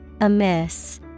Amiss